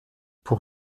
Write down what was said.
pour